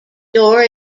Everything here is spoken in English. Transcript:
dore